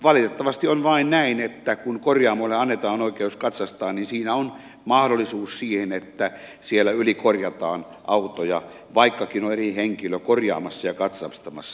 valitettavasti on vain näin että kun korjaamoille annetaan oikeus katsastaa niin siinä on mahdollisuus siihen että siellä ylikorjataan autoja vaikkakin on eri henkilö korjaamassa ja katsastamassa